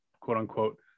quote-unquote